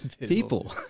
people